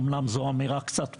אמנם זו אמירה קצת פופוליסטית,